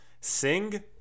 Sing